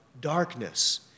darkness